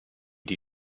die